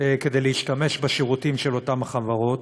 להשתמש בשירותים של אותן חברות.